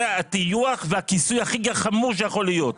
זה הטיוח והכיסוי הכי חמור שיכול להיות.